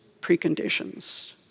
preconditions